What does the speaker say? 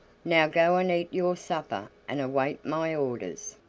now go and eat your supper, and await my orders.